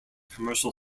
commercial